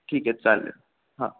ठीक आहे चालेल हां